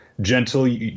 Gentle